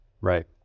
Right